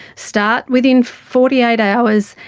start within forty eight hours,